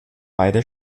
beide